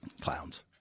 Clowns